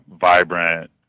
vibrant